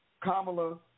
Kamala